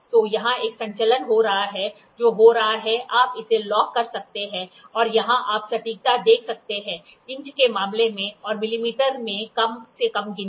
तो यहां एक संचलन हो रहा है जो हो रहा है आप इसे लॉक कर सकते हैं और यहां आप सटीकता देख सकते हैं इंच के मामले में और मिलीमीटर में कम से कम गिनती